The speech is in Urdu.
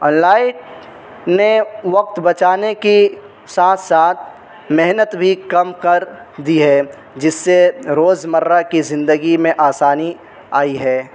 لائٹ نے وقت بچانے کی ساتھ ساتھ محنت بھی کم کر دی ہے جس سے روزمرہ کی زندگی میں آسانی آئی ہے